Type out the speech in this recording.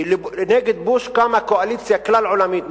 כי נגד בוש קמה קואליציה כלל-עולמית,